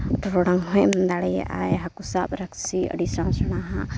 ᱴᱚᱨᱚᱰᱟᱝ ᱦᱚᱸᱭ ᱮᱢ ᱫᱟᱲᱮᱭᱟᱜ ᱟᱭ ᱦᱟᱹᱠᱩ ᱥᱟᱵ ᱨᱚᱥᱥᱤ ᱟᱹᱰᱤ ᱥᱮᱬᱟ ᱥᱮᱬᱟ ᱦᱟᱜ